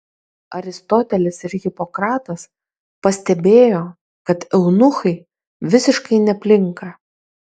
aristotelis ir hipokratas pastebėjo kad eunuchai visiškai neplinka